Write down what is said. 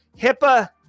HIPAA